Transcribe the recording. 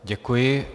Děkuji.